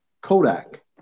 Kodak